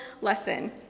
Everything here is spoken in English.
lesson